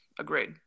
Agreed